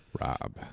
Rob